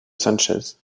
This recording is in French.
sánchez